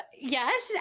Yes